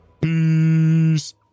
Peace